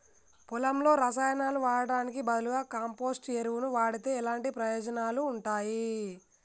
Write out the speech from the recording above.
పొలంలో రసాయనాలు వాడటానికి బదులుగా కంపోస్ట్ ఎరువును వాడితే ఎలాంటి ప్రయోజనాలు ఉంటాయి?